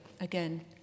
again